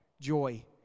joy